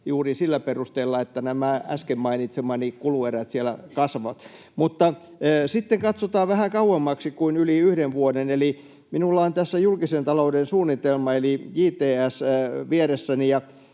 juuri sillä perusteella, että nämä äsken mainitsemani kuluerät siellä kasvavat. Sitten katsotaan vähän kauemmaksi kuin yli yhden vuoden: Minulla on tässä julkisen talouden suunnitelma eli JTS vieressäni,